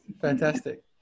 fantastic